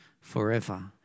forever